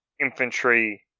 infantry